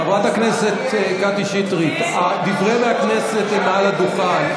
חברת הכנסת קטי שטרית, דברי הכנסת הם על הדוכן.